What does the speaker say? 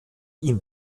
ihm